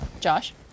Josh